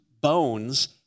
bones